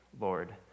Lord